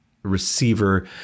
Receiver